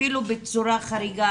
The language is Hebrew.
אפילו בצורה חריגה.